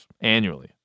annually